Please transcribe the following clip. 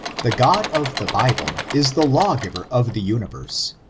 the god of the bible is the lawgiver of the universe,